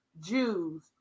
Jews